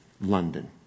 London